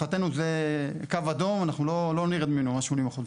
מבחינתנו זה קו אדום, אנחנו לא נרד מה-80%.